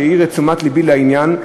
שהעיר את תשומת לבי לעניין,